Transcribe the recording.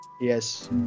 Yes